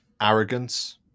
arrogance